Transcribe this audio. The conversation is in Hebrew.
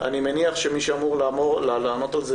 אני מניח שמי שאמור לענות על זה,